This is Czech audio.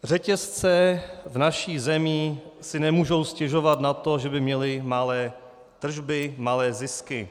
Řetězce v naší zemi si nemůžou stěžovat na to, že by měly malé tržby, malé zisky.